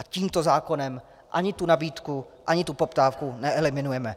A tímto zákonem ani tu nabídku, ani poptávku neeliminujeme.